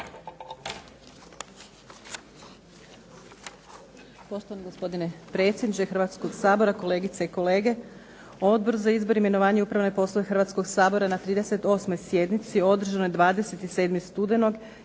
Hrvatskoga sabora je na 38. sjednici održanoj 27. studenoga